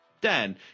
Dan